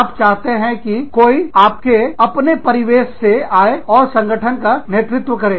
आप चाहते हैं की कोई आपके अपने परिवेश से आए और संगठन का नेतृत्व करें